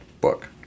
book